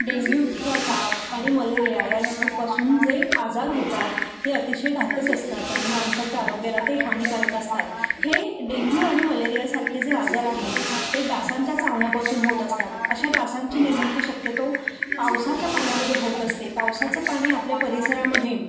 डेंग्यूचा ताप आणि मलेरिया यांसारपासून जे आजार होतात ते अतिशय घातक असतात आणि माणसाच्या आरोग्याला ते हानीकारक असतात हे डेंग्यू आणि मलेरियासारखे जे आजार आहेत ते डासांच्या चावण्यापासून होत असतात अशा डासांची निर्मिती शक्यतो पावसाच्या पाण्यामध्ये होत असते पावसाचं पाणी आपल्या परिसरामध्ये